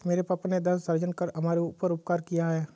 मेरे पापा ने धन सृजन कर हमारे ऊपर उपकार किया है